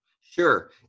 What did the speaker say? Sure